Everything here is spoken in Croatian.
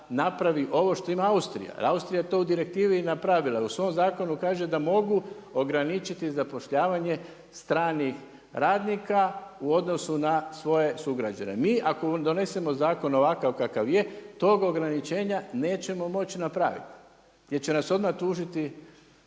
napravi ovo što ima Austrija, jer Austrija to u direktivi i napravila, u svom zakonu kaže da mogu ograničiti zapošljavanje stranih radnika u odnosu na svoje sugrađane. Mi ako donesemo zakon ovakav kakav je, tog ograničenja nećemo moči napraviti. Jer će nas odmah tužiti